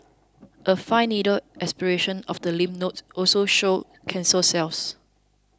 a fine needle aspiration of the lymph nodes also showed cancer cells